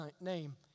name